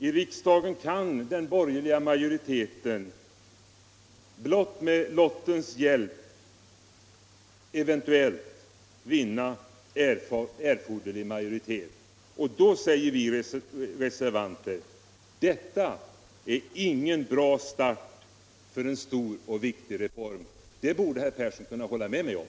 I riksdagen kan den borgerliga majoriteten blott med lottens hjälp eventuellt vinna omröstningen. Vi reservanter säger då: Detta är ingen bra start för en stor och viktig reform. Det borde herr Persson kunna hålla med om.